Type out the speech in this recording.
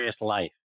life